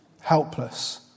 helpless